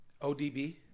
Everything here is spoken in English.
ODB